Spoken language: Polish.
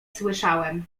słyszałem